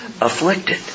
afflicted